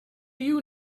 you